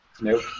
Nope